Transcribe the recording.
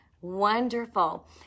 Wonderful